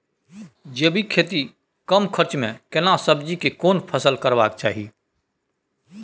जैविक खेती कम खर्च में केना सब्जी के कोन फसल करबाक चाही?